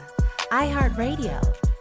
iHeartRadio